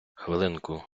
хвилинку